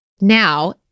Now